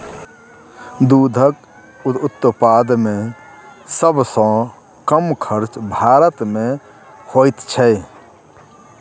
दूधक उत्पादन मे सभ सॅ कम खर्च भारत मे होइत छै